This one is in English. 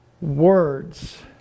words